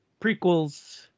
Prequels